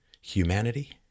humanity